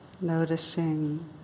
Noticing